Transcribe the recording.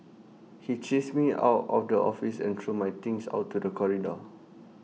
he chased me out of the office and threw my things out to the corridor